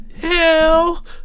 Hell